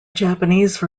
japanese